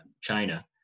China